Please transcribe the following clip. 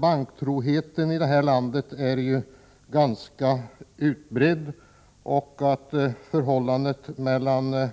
Banktroheten i detta land är ganska utbredd, och förhållandet mellan